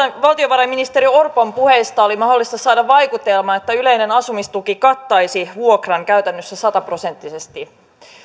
valtiovarainministeri orpon puheesta oli mahdollista saada vaikutelma että yleinen asumistuki kattaisi vuokran käytännössä sataprosenttisesti